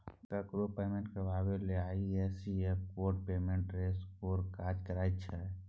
ककरो पेमेंट करबाक लेल आइ.एफ.एस.सी कोड पेमेंट एड्रेस केर काज करय छै